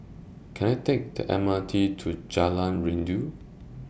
Can I Take The M R T to Jalan Rindu